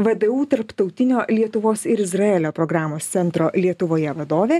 vdu tarptautinio lietuvos ir izraelio programos centro lietuvoje vadovė